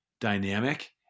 dynamic